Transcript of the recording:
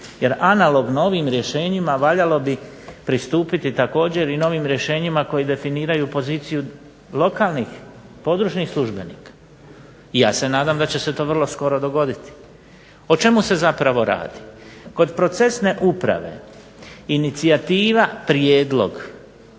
jer analogno ovim rješenjima valjalo bi pristupiti također i novim rješenjima koja definiraju poziciju lokalnih, područnih službenika i ja se nadam da će se to vrlo skoro dogoditi. O čemu se zapravo radi? Kod procesne uprave inicijativa prijedlog